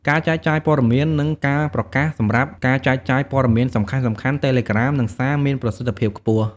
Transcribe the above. ការចែកចាយព័ត៌មាន និងការប្រកាសសម្រាប់ការចែកចាយព័ត៌មានសំខាន់ៗ តេឡេក្រាម និង សារ មានប្រសិទ្ធភាពខ្ពស់។